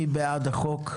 מי בעד הצעת החוק?